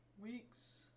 Weeks